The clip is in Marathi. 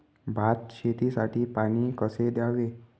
भात शेतीसाठी पाणी कसे द्यावे?